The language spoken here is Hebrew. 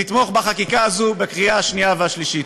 לתמוך בחקיקה הזו בקריאה השנייה והשלישית.